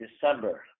December